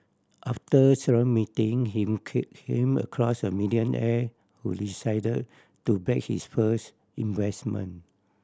after several meeting him could him across a billionaire who decided to back his first investment